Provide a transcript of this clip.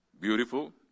beautiful